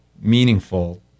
meaningful